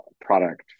Product